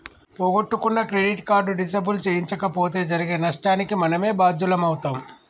పోగొట్టుకున్న credit card disable చేయించకపోతే జరిగే నష్టానికి మనమే బాధ్యులమవుతం